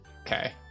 Okay